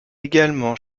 également